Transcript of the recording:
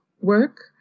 work